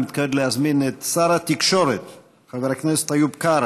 אני מתכבד להזמין את שר התקשורת חבר הכנסת איוב קרא